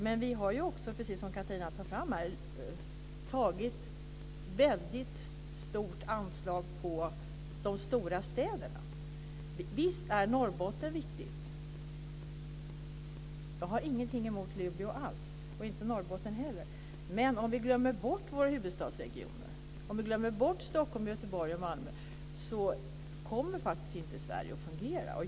Men vi har också, precis om Catharina Elmsäter-Svärd har tagit upp, tagit fram ett väldigt stort anslag för de stora städerna. Visst är Norrbotten viktigt. Jag har ingenting emot Luleå, inte heller mot Norrbotten. Men om vi glömmer bort huvudstadsregionen, Göteborg och Malmö kommer faktiskt inte Sverige att fungera.